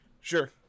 Sure